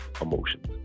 emotions